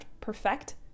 perfect